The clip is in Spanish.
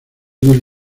mil